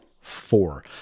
four